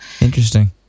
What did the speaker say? Interesting